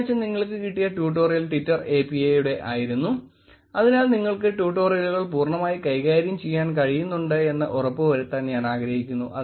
ഈ ആഴ്ച നിങ്ങൾക്ക് കിട്ടിയ ട്യൂട്ടോറിയൽ ട്വിറ്റെർ API യുടെആയിരുന്നു അതിനാൽ നിങ്ങൾക്ക് ട്യൂട്ടോറിയലുകൾ പൂർണമായി കൈകാര്യം ചെയ്യാൻ കഴിയുന്നുണ്ടെന്ന് ഉറപ്പ് വരുത്താൻ ഞാൻ ആഗ്രഹിക്കുന്നു